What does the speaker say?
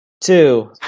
two